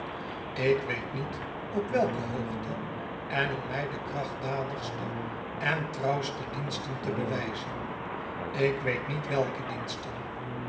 ik weet niet op welke hoogte en om mij de krachtdadigste en trouwste diensten te bewijzen ik weet niet welke diensten